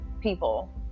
people